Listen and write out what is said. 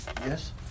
Yes